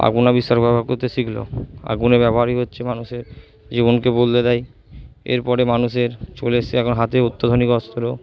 আগুন আবিষ্কার করে ব্যবহার করতে শিখলো আগুনের ব্যবহারই হচ্ছে মানুষের জীবনকে বদলে দেয় এরপরে মানুষের চলে এসছে এখন হাতে অত্যাধুনিক অস্ত্র